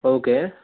okay